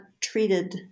treated